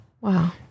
Wow